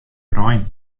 rein